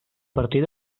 partir